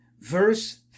verse